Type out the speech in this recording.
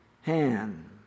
hand